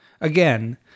Again